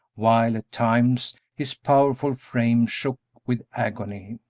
while at times his powerful frame shook with agony.